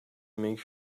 make